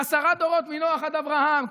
עשרה דורות מנח עד אברהם.